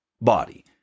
body